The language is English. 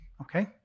Okay